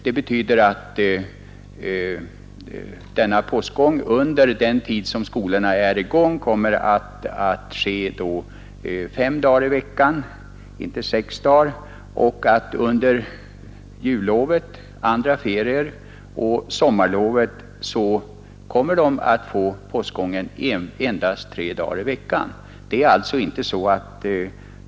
Det betyder att denna postgång under den tid skolorna är i gång kommer att ske fem dagar i veckan — inte sex dagar — och att under jullovet, sommarlovet och andra ferier postgången endast blir tre dagar i veckan.